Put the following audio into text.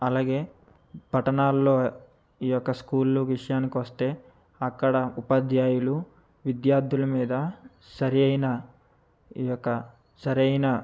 అలాగే పట్టణాల్లో ఈ యొక్క స్కూల్ విషయానికి వస్తే అక్కడ ఉపాధ్యాయులు విద్యార్థుల మీద సరైన ఈ యొక్క సరైన